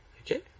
okay